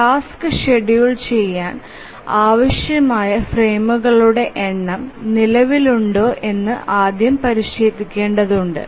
task schedule ചെയ്യാൻ ആവശ്യമായ ഫ്രെയിമുകളുടെ എണ്ണം നിലവിലുണ്ടോ എന്ന് ആദ്യം പരിശോധിക്കേണ്ടതുണ്ട്